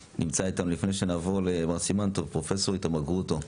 לפני שנעבור לבר סימן טוב, פרופ' איתמר גרוטו,